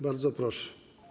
Bardzo proszę.